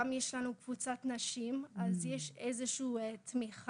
גם יש לנו קבוצת נשים וככה יש לנו איזו שהיא תמיכה.